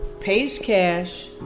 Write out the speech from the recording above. pays cash,